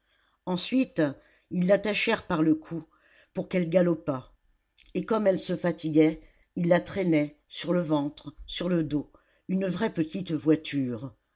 ensuite ils l'attachèrent par le cou pour qu'elle galopât et comme elle se fatiguait ils la traînaient sur le ventre sur le dos une vraie petite voiture